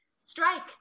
Strike